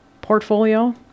portfolio